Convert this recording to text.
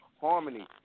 Harmony